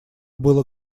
было